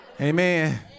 amen